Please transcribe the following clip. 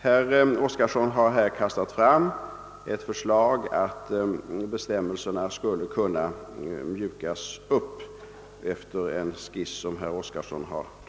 Herr Oskarson har här skisserat ett förslag om uppmjukning av bestämmelserna.